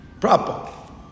Proper